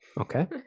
Okay